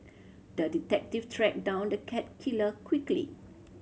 the detective tracked down the cat killer quickly